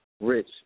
Rich